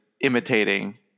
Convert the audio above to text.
imitating